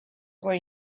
where